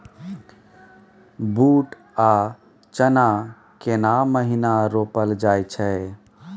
बूट आ चना केना महिना रोपल जाय छै?